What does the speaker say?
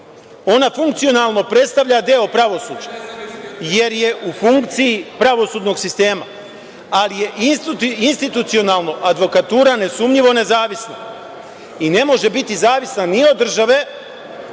Ona funkcionalno predstavlja deo pravosuđa, jer je u funkciji pravosudnog sistema, ali je institucionalno advokatura nesumnjivo nezavisna i ne može biti zavisna ni od države,